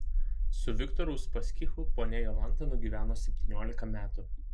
su viktoru uspaskichu ponia jolanta nugyveno septyniolika metų